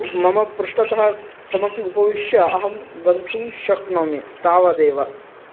मम पृष्टतः कमपि उपविश्य अहं गन्तुं शक्नोमि तावदेव